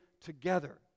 together